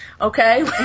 Okay